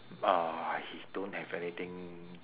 uh I don't have anything